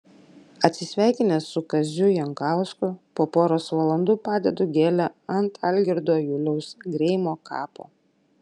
atsisveikinęs su kaziu jankausku po poros valandų padedu gėlę ant algirdo juliaus greimo kapo